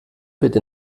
bitte